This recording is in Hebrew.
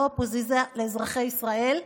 לא אופוזיציה לאזרחי ישראל,